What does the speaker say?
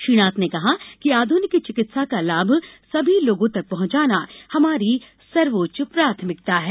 श्री नाथ ने कहा कि आधुनिक चिकित्सा का लाभ सभी लोगों तक पहुॅचाना हमारी सर्वोच्च प्राथमिकता है